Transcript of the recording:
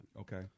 Okay